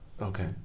Okay